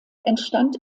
entstand